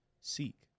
seek